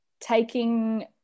taking